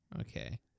Okay